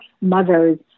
mothers